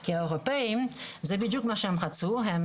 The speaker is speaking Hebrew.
כי זה בדיוק מה שרצו האירופאיים.